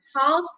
Half